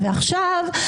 עכשיו,